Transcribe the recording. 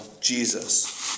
Jesus